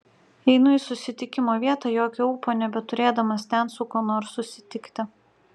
einu į susitikimo vietą jokio ūpo nebeturėdamas ten su kuo nors susitikti